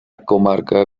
comarca